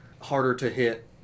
harder-to-hit